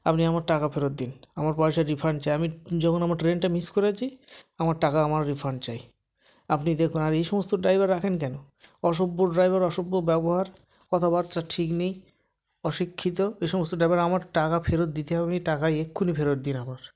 আপনি আমার টাকা ফেরত দিন আমার পয়সা রিফান্ড চাই আমি যখন আমার ট্রেনটা মিস করেছি আমার টাকা আমার রিফান্ড চাই আপনি দেখুন আর এই সমস্ত ড্রাইভার রাখেন কেন অসভ্য ড্রাইভার অসভ্য ব্যবহার কথাবার্তার ঠিক নেই অশিক্ষিত এসমস্ত ড্রাইভার আমার টাকা ফেরত দিতে হবে টাকা এখনই ফেরত দিন আমার